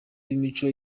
b’imico